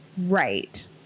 Right